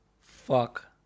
Fuck